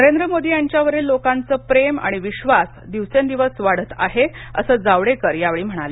नरेंद्र मोदी यांच्यावरील लोकांचे प्रेम आणि विश्वास दिवसेंदिवस वाढत आहे असं जावडेकर यावेळी म्हणाले